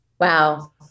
Wow